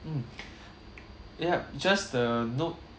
um yup just a note